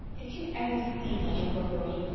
did you ever see such a rookery?